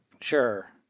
Sure